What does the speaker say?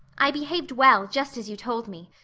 i behaved well, just as you told me.